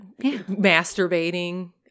masturbating